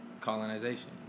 colonization